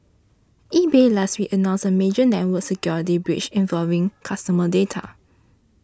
eBay last week announced a major network security breach involving customer data